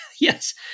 yes